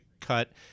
cut